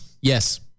Yes